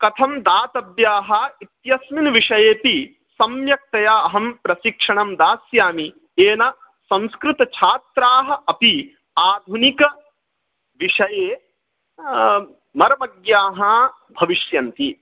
कथं दातव्याः इत्यस्मिन् विषयेऽपि सम्यक्तया अहं प्रशिक्षणं दास्यामि येन संस्कृतच्छात्राः अपि आधुनिकविषये मर्मज्ञाः भविष्यन्ति